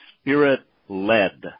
Spirit-led